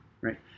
right